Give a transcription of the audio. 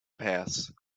past